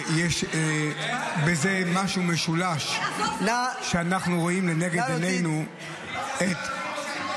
--- הכול לא פוליטי, זה לא יפה.